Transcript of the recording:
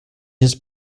his